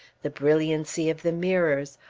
the brilliancy of the mirrors,